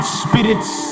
spirits